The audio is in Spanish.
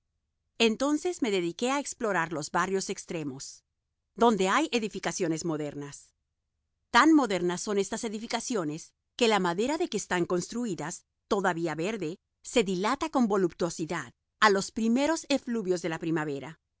entonces me dediqué a explorar los barrios extremos donde hay edificaciones modernas tan modernas son estas edificaciones que la madera de que están construidas todavía verde se dilata con voluptuosidad a los primeros efluvios de la primavera